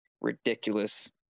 ridiculous